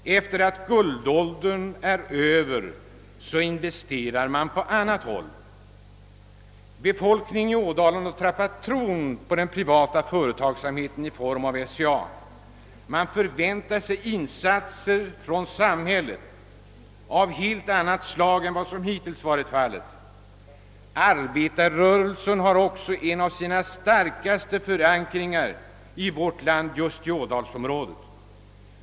När guldåldern är över så investerar man på annat håll. Befolkningen i Ådalen har tappat tron på privat företagsamhet i form av SCA. Man förväntar sig insatser från samhället av helt annat slag än dem man hittills sett exempel på. Arbetarrörelsen i vårt land har också en av sina starkaste förankringar just i Ådalsområdet.